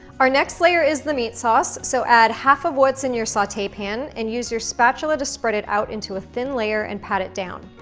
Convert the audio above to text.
our next layer is the meat sauce, so add half of what's in your saute pan, and use your spatula to spread it out into a thin layer and pat it down.